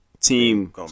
team